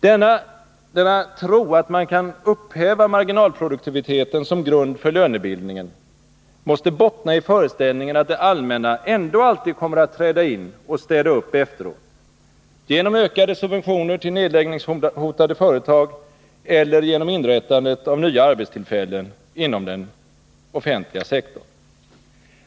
Denna tro att man kan upphäva marginalproduktiviteten som grund för lönebildningen måste bottna i föreställningen att det allmänna ändå alltid kommer att träda in och städa upp efteråt — genom ökade subventioner till nedläggningshotade företag eller genom inrättandet av nya arbetstillfällen inom den offentliga sektorn.